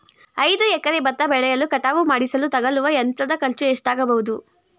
ಐದು ಎಕರೆ ಭತ್ತ ಬೆಳೆಯನ್ನು ಕಟಾವು ಮಾಡಿಸಲು ತಗಲುವ ಯಂತ್ರದ ಖರ್ಚು ಎಷ್ಟಾಗಬಹುದು?